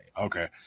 Okay